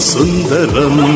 Sundaram